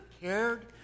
cared